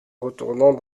retournant